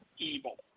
evil